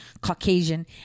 Caucasian